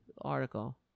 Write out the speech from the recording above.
article